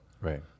Right